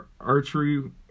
archery